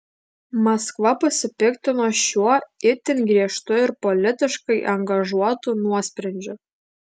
maskva pasipiktino šiuo itin griežtu ir politiškai angažuotu nuosprendžiu